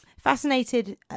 Fascinated